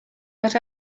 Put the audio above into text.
but